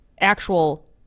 actual